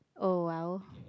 oh !wow!